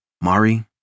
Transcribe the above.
Mari